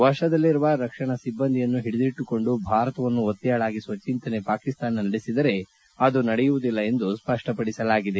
ವಶದಲ್ಲಿರುವ ರಕ್ಷಣಾ ಸಿಬ್ಬಂದಿಯನ್ನು ಹಿಡಿದಿಟ್ಟುಕೊಂಡು ಭಾರತವನ್ನು ಒತ್ತೆಯಾಳಾಗಿಸುವ ಚಿಂತನೆ ಪಾಕಿಸ್ತಾನ ನಡೆಸಿದರೆ ಅದು ನಡೆಯುವುದಿಲ್ಲ ಎಂದು ಸ್ಪಷ್ಟಪಡಿಸಲಾಗಿದೆ